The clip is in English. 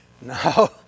No